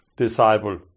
Disciple